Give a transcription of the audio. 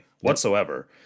whatsoever